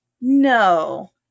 No